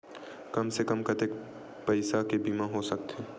कम से कम कतेकन पईसा के बीमा हो सकथे?